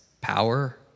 power